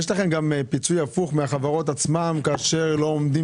יש לכם גם פיצוי הפוך מהחברות עצמן כאשר לא עומדים